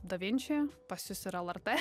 davinči pas jus ir lrt